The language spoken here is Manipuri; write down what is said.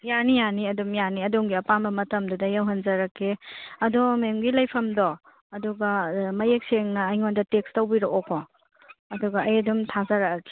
ꯌꯥꯅꯤ ꯌꯥꯅꯤ ꯑꯗꯨꯝ ꯌꯥꯅꯤ ꯑꯗꯣꯝꯒꯤ ꯑꯄꯥꯝꯕ ꯃꯇꯝꯗꯨꯗ ꯌꯧꯍꯟꯖꯔꯛꯀꯦ ꯑꯗꯣ ꯃꯦꯝꯒꯤ ꯂꯩꯐꯝꯗꯣ ꯑꯗꯨꯒ ꯃꯌꯦꯛ ꯁꯦꯡꯅ ꯑꯩꯉꯣꯟꯗ ꯇꯦꯛꯁ ꯇꯧꯕꯤꯔꯛꯑꯣꯀꯣ ꯑꯗꯨꯒ ꯑꯩ ꯑꯗꯨꯝ ꯊꯥꯖꯔꯛꯑꯒꯦ